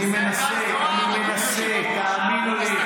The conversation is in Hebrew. אתה לא, אני מנסה, אני מנסה, תאמין לי.